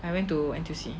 I went to N_T_U_C